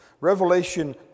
Revelation